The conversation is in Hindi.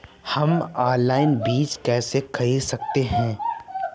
हम ऑनलाइन बीज कैसे खरीद सकते हैं?